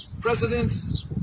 presidents